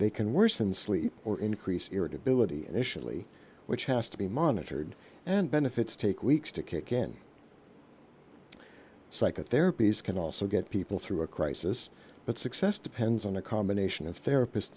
they can worsen sleep or increase irritability initially which has to be monitored and benefits take weeks to kick in psychotherapies can also get people through a crisis but success depends on a combination of therapist